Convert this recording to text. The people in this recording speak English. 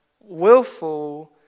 willful